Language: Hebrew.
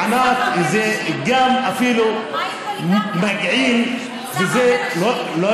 ענת, זה גם אפילו מגעיל ולא